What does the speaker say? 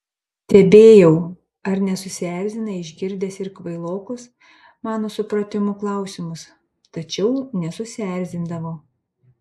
stebėjau ar nesusierzina išgirdęs ir kvailokus mano supratimu klausimus tačiau nesusierzindavo